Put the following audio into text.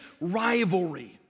rivalry